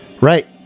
Right